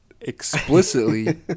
explicitly